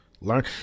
Learn